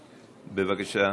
בבקשה,